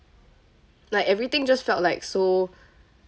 like everything just felt like so